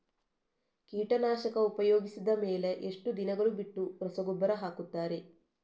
ಕೀಟನಾಶಕ ಉಪಯೋಗಿಸಿದ ಮೇಲೆ ಎಷ್ಟು ದಿನಗಳು ಬಿಟ್ಟು ರಸಗೊಬ್ಬರ ಹಾಕುತ್ತಾರೆ?